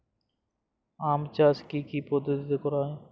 আম চাষ কি কি পদ্ধতিতে করা হয়?